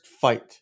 fight